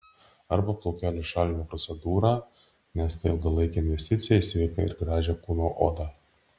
arba plaukelių šalinimo procedūrą nes tai ilgalaikė investiciją į sveiką ir gražią kūno odą